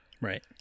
Right